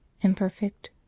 imperfect